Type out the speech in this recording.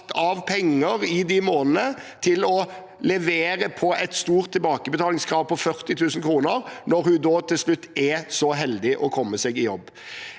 av penger i de månedene til å levere på et stort tilbakebetalingskrav på 40 000 kr, når hun til slutt er så heldig å komme seg i jobb.